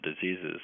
diseases